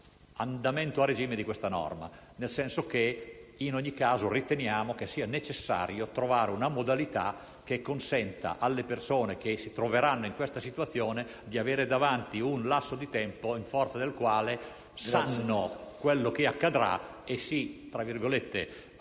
nell'andamento a regime di questa norma; in ogni caso, riteniamo che sia necessario trovare una modalità che consenta alle persone che si troveranno in questa situazione di avere davanti un lasso di tempo in forza del quale sanno quello che accadrà e si attiveranno